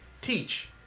teach